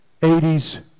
80s